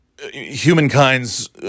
humankind's